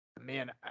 man